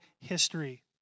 history